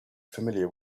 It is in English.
familiar